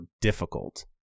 difficult